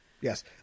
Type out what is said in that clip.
Yes